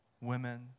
women